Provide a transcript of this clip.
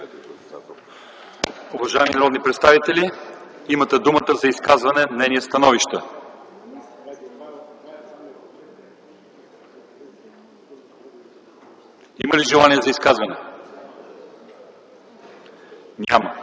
Уважаеми народни представители, имате думата за изказвания, мнения, становища. Има ли желание за изказване? Няма.